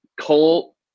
Cole